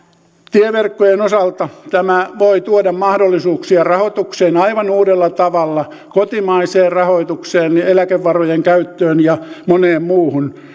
tieverkkojen osalta tämä voi tuoda mahdollisuuksia rahoitukseen aivan uudella tavalla kotimaiseen rahoitukseen ja eläkevarojen käyttöön ja moneen muuhun